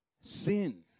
sin